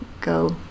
go